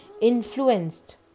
influenced